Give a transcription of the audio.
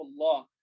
Allah